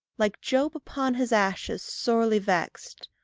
like job upon his ashes, sorely vext,